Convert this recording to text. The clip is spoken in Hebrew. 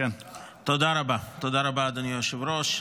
תודה רבה, אדוני היושב-ראש.